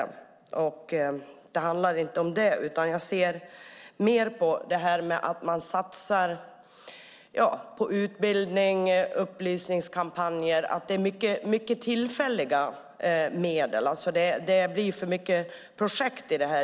Min interpellation handlar inte om det, utan jag menar att man mest satsar på utbildning och upplysningskampanjer i form av mycket tillfälliga medel. Det blir för mycket av projekt.